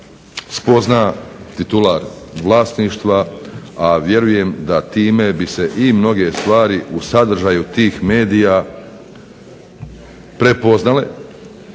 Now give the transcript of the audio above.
spozna titular vlasništva, a vjerujem da time bi se i mnoge stvari u sadržaju tih medija prepoznale,